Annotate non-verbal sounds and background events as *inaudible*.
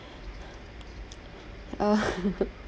uh *laughs*